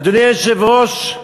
אדוני היושב-ראש,